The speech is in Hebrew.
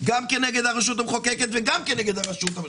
גם כנגד הרשות המחוקקת וגם כנגד הרשות השופטת.